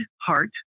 heart